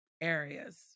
areas